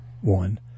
one